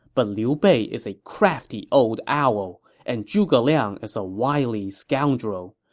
but liu bei is a crafty old owl, and zhuge liang is a wily scoundrel.